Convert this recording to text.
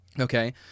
okay